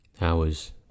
Hours